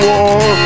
War